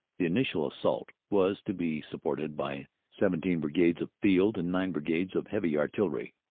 the initial assault was to be supported by seventeen brigades of field and nine brigades of heavy artiijery.